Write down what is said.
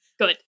Good